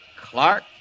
Clark